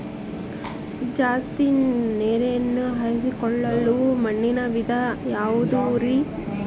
ಜಾಸ್ತಿ ನೇರನ್ನ ಹೇರಿಕೊಳ್ಳೊ ಮಣ್ಣಿನ ವಿಧ ಯಾವುದುರಿ?